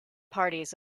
parties